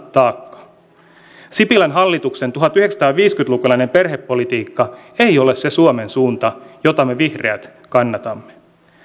taakkaa sipilän hallituksen tuhatyhdeksänsataaviisikymmentä lukulainen perhepolitiikka ei ole se suomen suunta jota me vihreät kannatamme